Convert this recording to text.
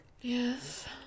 Yes